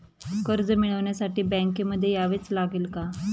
कर्ज मिळवण्यासाठी बँकेमध्ये यावेच लागेल का?